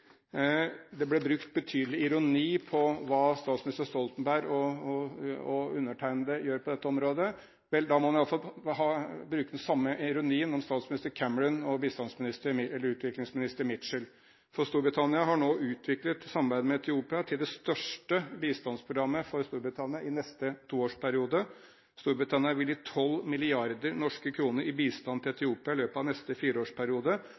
Det ble brukt betydelig ironi med hensyn til hva statsminister Stoltenberg og undertegnede gjør på dette området. Vel, da må man i alle fall bruke den samme ironien om statsminister Cameron og utviklingsminister Mitchell, for Storbritannia har nå utviklet samarbeidet med Etiopia til det største bistandsprogrammet for Storbritannia i neste toårsperiode. Storbritannia vil gi 12 mrd. norske kroner i bistand til Etiopia i løpet av neste fireårsperiode,